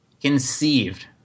conceived